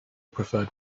preferred